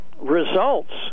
results